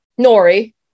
Nori